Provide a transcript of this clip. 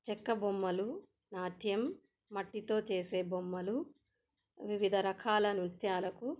చెక్కబొమ్మలు నాట్యం మట్టితో చేసే బొమ్మలు వివిధ రకాల నృత్యాలకు